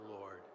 Lord